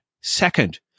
Second